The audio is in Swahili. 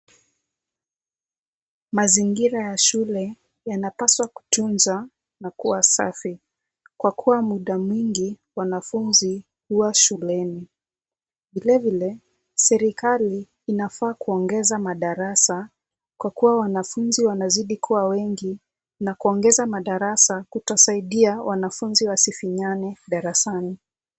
Mazingira ya shule yanapaswa kutunzwa na kuwa safi kwa kuwa muda mwingi wanafunzi huwa shuleni. Vilevile, serikali inafaa kuongeza madarasa kwa kuwa wanafunzi wanazidi kuwa wengi na kuongeza madarasa kutosaidia wanafunzi wasifinyane darasani.